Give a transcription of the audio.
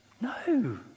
No